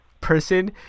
person